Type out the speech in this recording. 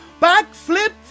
backflip